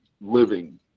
living